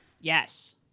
Yes